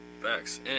Facts